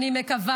אני מקווה,